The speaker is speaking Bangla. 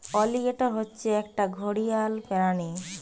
অলিগেটর হচ্ছে একটা ঘড়িয়াল প্রাণী